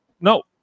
no